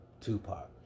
Tupac